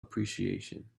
appreciation